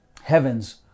heaven's